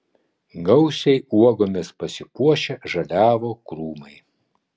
gausiai uogomis pasipuošę žaliavo krūmai